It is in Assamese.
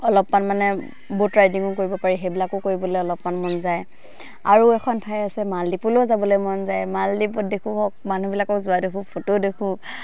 অলপমান মানে ব'ট ৰাইডিঙো কৰিব পাৰি সেইবিলাকো কৰিবলৈ অলপমান মন যায় আৰু এখন ঠাই আছে মালদ্বীপলৈও যাবলৈ মন যায় মালদীপত দেখোঁ হওক মানুহবিলাকো যোৱা দেখোঁ ফটো দেখোঁ